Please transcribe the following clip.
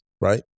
right